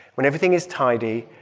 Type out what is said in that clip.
when everything is tidy,